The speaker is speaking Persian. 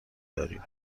داریم